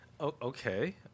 Okay